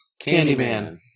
Candyman